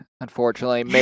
unfortunately